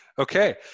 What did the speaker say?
Okay